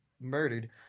murdered